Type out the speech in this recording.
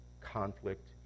conflict